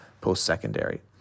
post-secondary